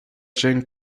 jane